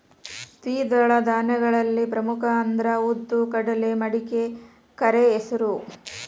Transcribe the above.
ದ್ವಿದಳ ಧಾನ್ಯಗಳಲ್ಲಿ ಪ್ರಮುಖ ಅಂದ್ರ ಉದ್ದು, ಕಡಲೆ, ಮಡಿಕೆ, ಕರೆಹೆಸರು